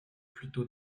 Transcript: plutôt